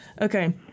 Okay